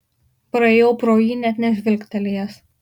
praėjau pro jį net nežvilgtelėjęs